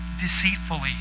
deceitfully